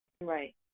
right